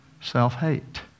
self-hate